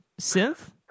synth